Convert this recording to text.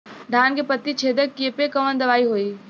धान के पत्ती छेदक कियेपे कवन दवाई होई?